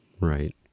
Right